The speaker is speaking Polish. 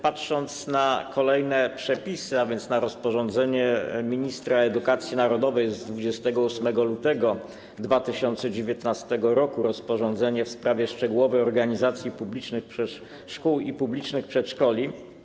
Patrząc na kolejne przepisy, a więc na rozporządzenie ministra edukacji narodowej z dnia 28 lutego 2019 r., rozporządzenie w sprawie szczegółowej organizacji publicznych szkół i publicznych przedszkoli.